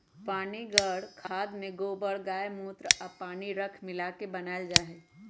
पनीगर खाद में गोबर गायमुत्र आ पानी राख मिला क बनाएल जाइ छइ